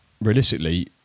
realistically